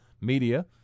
Media